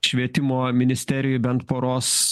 švietimo ministerijoj bent poros